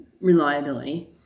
reliability